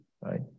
Right